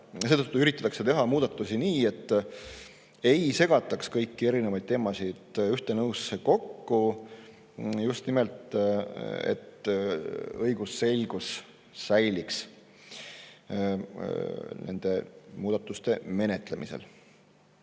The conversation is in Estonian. üritatakse teha muudatusi nii, et ei segataks kõiki erinevaid teemasid ühte eelnõusse kokku, just nimelt selleks, et õigusselgus säiliks nende muudatuste menetlemisel.